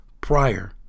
prior